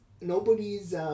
nobody's